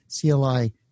CLI